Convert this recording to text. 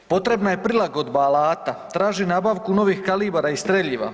Potrebna je prilagodna alata, traži nabavku novih kalibara i streljiva.